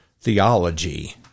theology